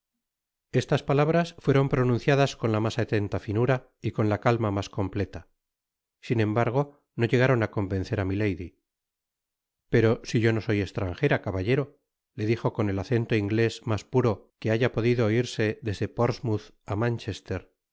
estas palabras fueron pronunciadas con la mas atenta finura y con la calma mas completa sin embargo no llegaron á convencerá milady pero si yo no soy estranjera caballero le dijo con el acento inglés mas puro que haya podido oirse desde portsmouth á manchester